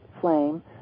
flame